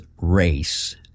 race